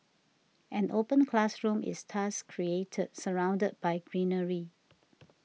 an open classroom is thus created surrounded by greenery